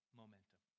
momentum